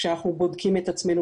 כשאנחנו בודקים את עצמנו,